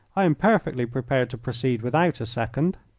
i am perfectly prepared to proceed without a second.